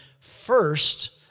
first